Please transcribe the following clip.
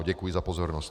Děkuji za pozornost.